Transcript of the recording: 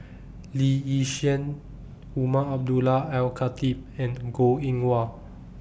Lee Yi Shyan Umar Abdullah Al Khatib and Goh Eng Wah